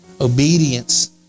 Obedience